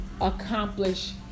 accomplish